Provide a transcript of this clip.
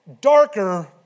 darker